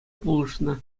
пулӑшнӑ